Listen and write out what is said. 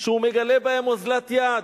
שהוא מגלה בהן אוזלת יד.